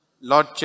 Lord